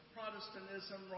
Protestantism